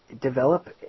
develop